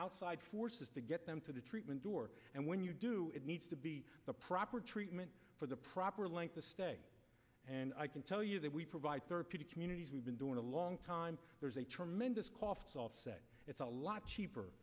outside forces to get them to the treatment door and when you do it needs to be the proper treatment for the proper length of stay and i can tell you that we provide therapy to communities we've been doing a long time there's a tremendous coughs all say it's a lot cheaper